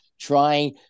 trying